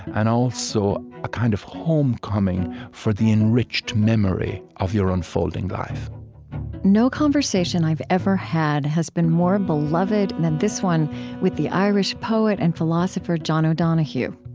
and also a kind of homecoming for the enriched memory of your unfolding life no conversation i've ever had has been more beloved than this one with the irish poet and philosopher, john o'donohue.